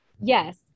Yes